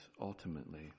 ultimately